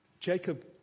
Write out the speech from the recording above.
Jacob